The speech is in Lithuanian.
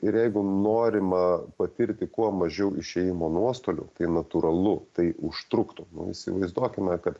ir jeigu norima patirti kuo mažiau išėjimo nuostolių tai natūralu tai užtruktų nu įsivaizduokime kad